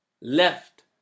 Left